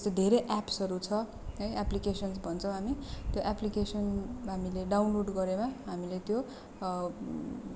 त्यस्तो धेरै एप्सहरू छ है एप्लिकेसन्स भन्छौँ हामी त्यो एप्लिकेसन हामीले डाउनलोड गरेमा हामीले त्यो